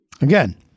Again